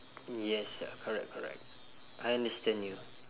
yes ah correct correct I understand you